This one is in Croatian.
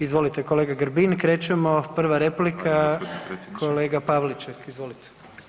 Izvolite kolega Grbin, krećemo, prva replika kolega Pavliček, izvolite.